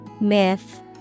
Myth